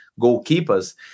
goalkeepers